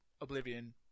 Oblivion